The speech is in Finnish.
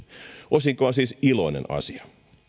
osinko on siis iloinen asia